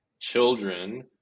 children